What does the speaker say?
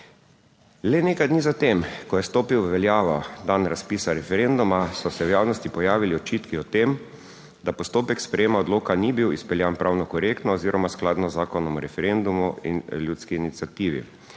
Le nekaj dni za tem, ko je stopil v veljavo dan razpisa referenduma, so se v javnosti pojavili očitki o tem, da postopek sprejema odloka ni bil izpeljan pravno korektno oziroma skladno z Zakonom o referendumu in ljudski iniciativi